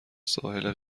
ساحل